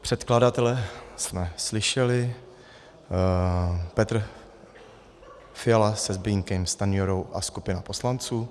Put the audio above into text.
Předkladatele jsme slyšeli, Petr Fiala se Zbyňkem Stanjurou a skupina poslanců.